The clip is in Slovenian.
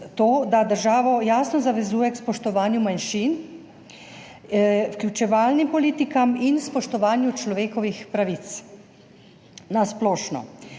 to, da državo jasno zavezuje k spoštovanju manjšin, vključevalnih politik in spoštovanju človekovih pravic na splošno.